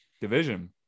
division